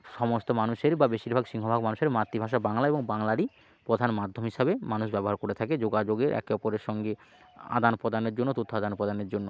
সমস্ত মানুষের বা বেশিরভাগ সিংহভাগ মানুষের মাতৃভাষা বাংলা এবং বাংলারই প্রধান মাধ্যম হিসাবে মানুষ ব্যবহার করে থাকে যোগাযোগের একে অপরের সঙ্গে আদান প্রদানের জন্য তথ্য আদান প্রদানের জন্য